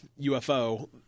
UFO